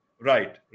Right